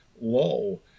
low